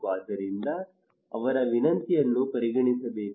ಆದ್ದರಿಂದ ಅವರ ವಿನಂತಿಯನ್ನು ಪರಿಗಣಿಸಬೇಕು